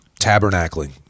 Tabernacling